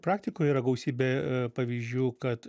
praktikoj yra gausybė pavyzdžių kad